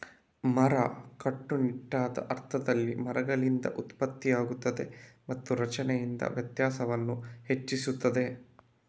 ಮರ, ಕಟ್ಟುನಿಟ್ಟಾದ ಅರ್ಥದಲ್ಲಿ, ಮರಗಳಿಂದ ಉತ್ಪತ್ತಿಯಾಗುತ್ತದೆ ಮತ್ತು ರಚನೆಯಿಂದ ವ್ಯಾಸವನ್ನು ಹೆಚ್ಚಿಸುತ್ತದೆ